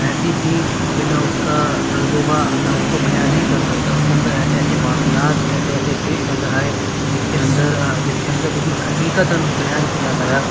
ایسی تھی کہ میں اس کا ترجمہ میں اس کو بیاں نہیں کر سکتا اس کے اندر ایسے ایسے واقعات ایسے ایسے پیش نظر آئے جس کے اندر جس کے اندر بالکل حقیقتاً بیان کیا گیا